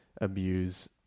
abuse